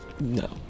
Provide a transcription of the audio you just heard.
No